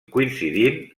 coincidint